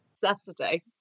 Saturday